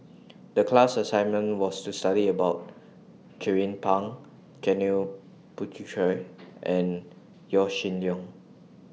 The class assignment was to study about Jernnine Pang Janil Puthucheary and Yaw Shin Leong